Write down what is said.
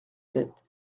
sept